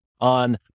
on